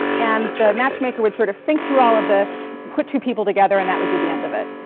and the matchmaker would sort of think through all of this, put two people together, and that would be the end of it.